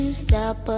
stop